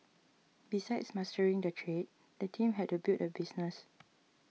besides mastering the trade the team had to build a business